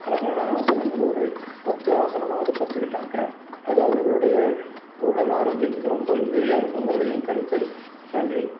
அழகான ஆசனங்கள் ஒரு பத்து ஆசனமாவது கற்றுக்கிட்டாக்கா அது அவர்களுடைய உடல் ஆரோக்கியத்துக்கு ரொம்ப உதவியாக இருக்குங்கிறது என் கருத்து நன்றி